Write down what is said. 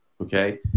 okay